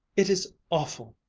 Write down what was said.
it is awful.